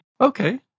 Okay